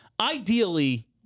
Ideally